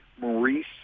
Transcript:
Maurice